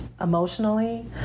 emotionally